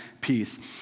peace